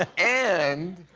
and and